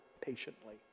patiently